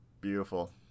beautiful